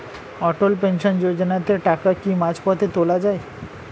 অটল pension যোজনাতে টাকা কি মাঝপথে তোলা যায়?